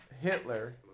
Hitler